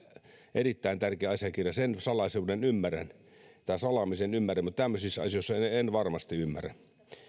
erittäin tärkeä asiakirja sen salaamisen ymmärrän mutta tämmöisissä asioissa en varmasti ymmärrä